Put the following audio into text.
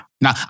Now